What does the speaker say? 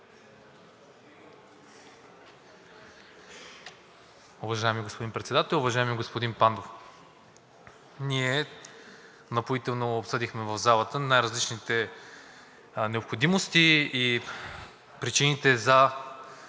Уважаеми господин Председател! Уважаеми господин Пандов, ние напоително обсъдихме в залата най-различните необходимости и причините за